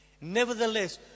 Nevertheless